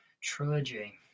trilogy